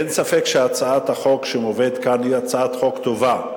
אין ספק שהצעת החוק שמובאת כאן היא הצעת חוק טובה.